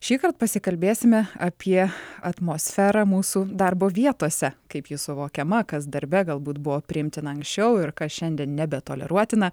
šįkart pasikalbėsime apie atmosferą mūsų darbo vietose kaip ji suvokiama kas darbe galbūt buvo priimtina anksčiau ir kas šiandien nebetoleruotina